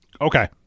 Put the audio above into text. Okay